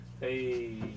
Hey